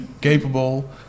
capable